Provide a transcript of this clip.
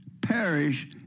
perish